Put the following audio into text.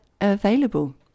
available